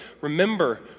remember